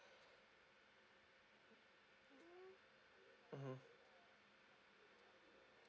mmhmm